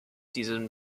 diesen